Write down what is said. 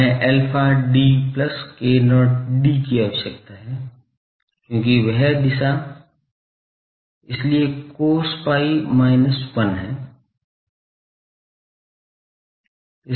हमें alpha d plus k0 d की आवश्यकता है क्योंकि वह दिशा इसलिए cos pi minus 1 है